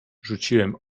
rzuciłem